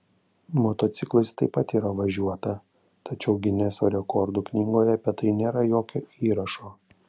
motociklais taip pat yra važiuota tačiau gineso rekordų knygoje apie tai nėra jokio įrašo